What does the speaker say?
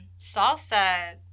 salsa